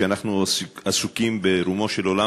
שאנחנו עסוקים ברומו של עולם,